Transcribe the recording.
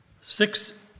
Six